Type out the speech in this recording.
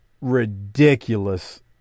ridiculous